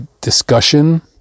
discussion